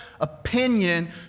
opinion